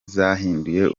zahinduye